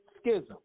Schism